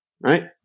right